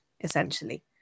essentially